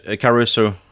Caruso